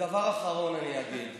ודבר אחרון אני אגיד,